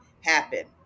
happen